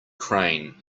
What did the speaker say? crane